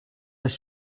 das